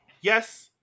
Yes